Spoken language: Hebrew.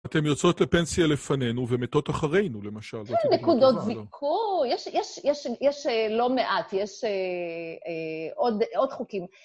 אתן יוצאות לפנסיה לפנינו ומתות אחרינו, למשל. יש נקודות זיכוי, יש יש יש יש לא מעט, יש עוד חוקים.